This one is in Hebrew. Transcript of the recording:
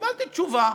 קיבלתי תשובה.